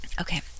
okay